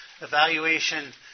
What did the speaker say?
evaluation